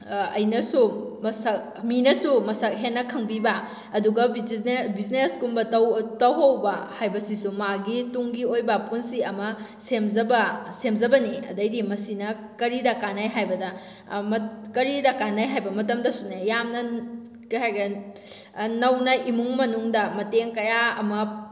ꯑꯩꯅꯁꯨ ꯃꯁꯛ ꯃꯤꯅꯁꯨ ꯃꯁꯛ ꯍꯦꯟꯅ ꯈꯪꯕꯤꯕ ꯑꯗꯨꯒ ꯕꯤꯖꯤꯅꯦꯁ ꯀꯨꯝꯕ ꯇꯧꯍꯧꯕ ꯍꯥꯏꯕꯁꯤꯁꯨ ꯃꯥꯒꯤ ꯇꯨꯡꯒꯤ ꯑꯣꯏꯕ ꯄꯨꯟꯁꯤ ꯑꯃ ꯁꯦꯝꯖꯕ ꯁꯦꯝꯖꯕꯅꯤ ꯑꯗꯩꯗꯤ ꯃꯁꯤꯅ ꯀꯔꯤꯗ ꯀꯥꯟꯅꯩ ꯍꯥꯏꯕꯗ ꯀꯔꯤꯗ ꯀꯥꯟꯅꯩ ꯍꯥꯏꯕ ꯃꯇꯝꯗꯁꯨꯅꯦ ꯌꯥꯝꯅ ꯀꯩ ꯍꯥꯏꯈ꯭ꯔꯦ ꯅꯧꯅ ꯏꯃꯨꯡ ꯃꯅꯨꯡꯗ ꯃꯇꯦꯡ ꯀꯌꯥ ꯑꯃ